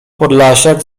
podlasiak